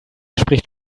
spricht